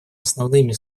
основными